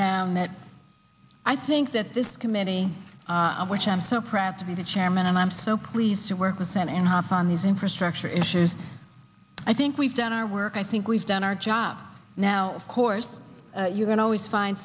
down that i think that this committee which i'm so proud to be the chairman and i'm so pleased to work with senate and house on these infrastructure issues i think we've done our work i think we've done our job now of course you're going to always find